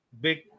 big